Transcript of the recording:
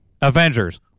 Avengers